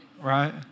Right